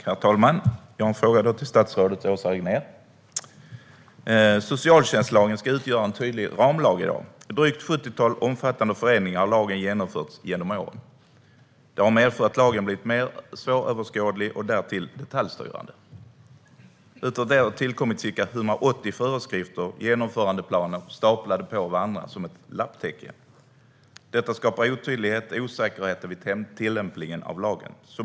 Herr talman! Jag har en fråga till statsrådet Åsa Regnér. Socialtjänstlagen ska i dag utgöra en tydlig ramlag. Det har genomförts ett drygt sjuttiotal omfattande förändringar av lagen genom åren. Det har medfört att lagen har blivit mer svåröverskådlig och därtill detaljstyrande. Utöver det har det tillkommit ca 180 föreskrifter och genomförandeplaner staplade på varandra. Detta skapar otydlighet och osäkerhet vid tillämpningen av lagen.